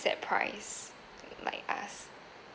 ~set price like us